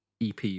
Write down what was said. EP